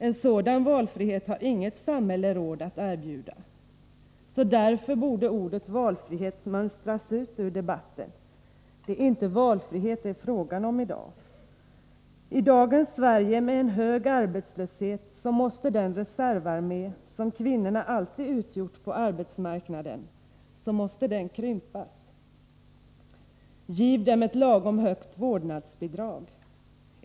En sådan valfrihet har inget samhälle råd att erbjuda, så därför borde ordet valfrihet mönstras ut ur debatten. Det är inte valfrihet det är fråga om i dag. I dagens Sverige med en hög arbetslöshet måste den reservarmé som kvinnorna alltid utgjort på arbetsmarknaden krympas. Giv dem ett lagom högt vårdnadsbidrag.